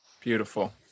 Beautiful